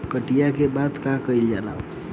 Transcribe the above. कटिया के बाद का कइल जाला?